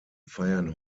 feiern